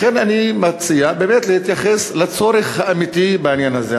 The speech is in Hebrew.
לכן אני מציע באמת להתייחס לצורך האמיתי בעניין הזה.